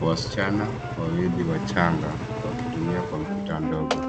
Wasichana wawili wachanga wanatumia kompyuta ndogo.